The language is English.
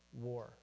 war